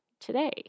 today